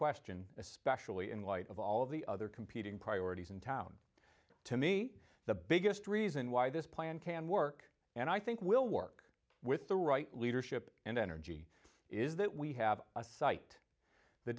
question especially in light of all of the other competing priorities in town to me the biggest reason why this plan can work and i think will work with the right leadership and energy is that we have a site the